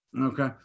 okay